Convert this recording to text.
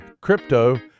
Crypto